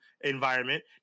environment